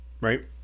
right